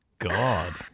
God